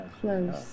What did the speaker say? Close